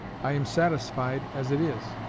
i am satisfied as it is.